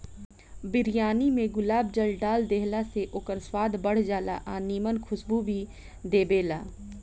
बिरयानी में गुलाब जल डाल देहला से ओकर स्वाद बढ़ जाला आ निमन खुशबू भी देबेला